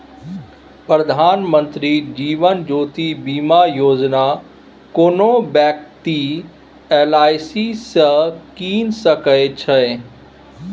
प्रधानमंत्री जीबन ज्योती बीमा योजना कोनो बेकती एल.आइ.सी सँ कीन सकै छै